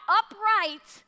upright